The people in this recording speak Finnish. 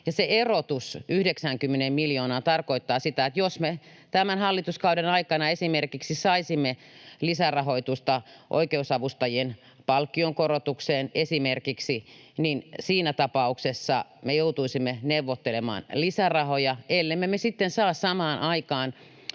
Se erotus 90 miljoonaan tarkoittaa sitä, että jos me tämän hallituskauden aikana esimerkiksi saisimme lisärahoitusta oikeusavustajien palkkion korotukseen, niin siinä tapauksessa me joutuisimme neuvottelemaan lisärahoja, ellemme me sitten saa samaan aikaan